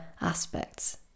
aspects